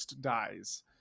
dies